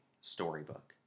storybook